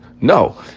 No